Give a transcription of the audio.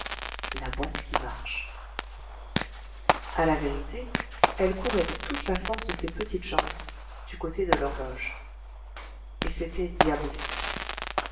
la boîte qui marche a la vérité elle courait de toute la force de ses petites jambes du côté de l'horloge et c'était diabolique